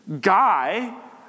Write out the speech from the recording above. guy